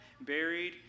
buried